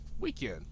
Weekend